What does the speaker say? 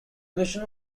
mission